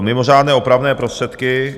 Mimořádné opravné prostředky.